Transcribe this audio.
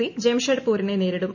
C ജംഷഡ്പൂരിനെ നേരിടും